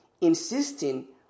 insisting